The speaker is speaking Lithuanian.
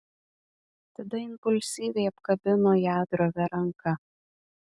tada impulsyviai apkabino ją drovia ranka